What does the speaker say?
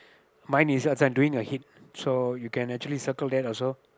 mine is uh this one doing a hit so you can actually circle that also